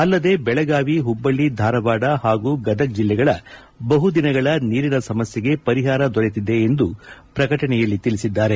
ಅಲ್ಲದೆ ಬೆಳಗಾವಿ ಹುಬ್ಬಳ್ಳಿ ಧಾರವಾಡ ಹಾಗೂ ಗದಗ ಜಿಲ್ಲೆಗಳ ಬಹುದಿನಗಳ ನೀರಿನ ಸಮಸ್ಥೆಗೆ ಪರಿಹಾರ ದೊರೆತಿದೆ ಎಂದು ಪ್ರಕಟಣೆಯಲ್ಲಿ ತಿಳಿಸಿದ್ದಾರೆ